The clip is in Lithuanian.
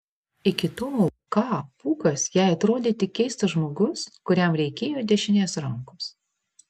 iki tol k pūkas jai atrodė tik keistas žmogus kuriam reikėjo dešinės rankos